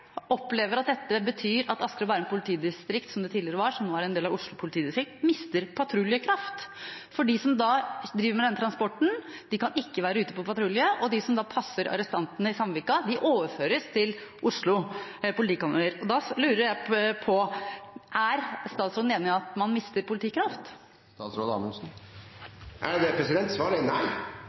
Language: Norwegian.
opplever at dette betyr at Asker og Bærum politidistrikt, som det var tidligere, og som nå er en del av Oslo politidistrikt, mister patruljekraft. For de som driver med denne transporten, kan ikke være ute på patrulje, og de som passer arrestantene i Sandvika, overføres til Oslo politikammer. Da lurer jeg på: Er statsråden enig i at man mister politikraft?